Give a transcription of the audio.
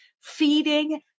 feeding